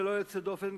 ללא יוצא דופן,